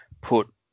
put